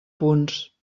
punts